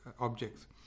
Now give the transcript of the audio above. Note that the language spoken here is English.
objects